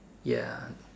ya